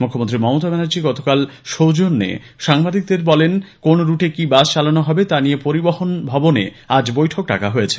মুখ্যমন্ত্রী মমতা ব্যানার্জি গতকাল সাংবাদিকদের বলেন কোন রুটে কি বাস চালানো হবে তা নিয়ে পরিবহন ভবনে আজ বৈঠক ডাকা হয়েছে